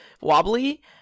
wobbly